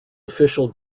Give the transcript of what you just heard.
official